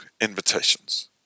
invitations